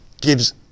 gives